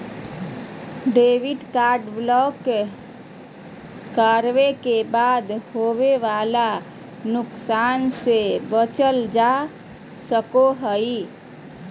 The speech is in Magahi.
डेबिट कार्ड ब्लॉक करावे के बाद होवे वाला नुकसान से बचल जा सको हय